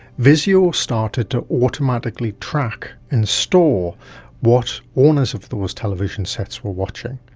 vizio started to automatically track and store what owners of those television sets were watching,